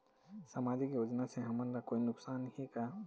सामाजिक योजना से हमन ला कोई नुकसान हे का?